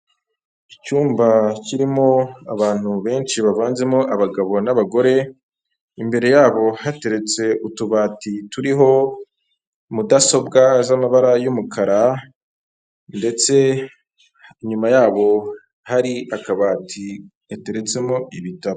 Icyumba kirimo abantu benshi bavanzemo abagabo, n'abagore imbere yabo hateretse utubati turiho mudasobwa z'amabara y'umukara, ndetse inyuma yabo hari akabati yateretsemo ibitabo.